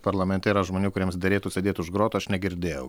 parlamente yra žmonių kuriems derėtų sėdėt už grotų aš negirdėjau